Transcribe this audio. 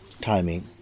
timing